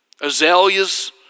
Azaleas